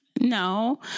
No